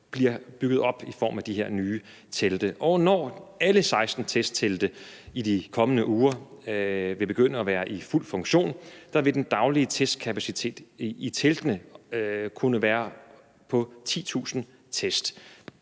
blive bygget op af de her nye telte. Når alle 16 testtelte i de kommende uger vil begynde at være i fuld funktion, vil den daglige testkapacitet i teltene kunne være på 10.000 test.